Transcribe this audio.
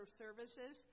services